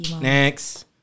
next